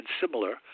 similar